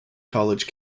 college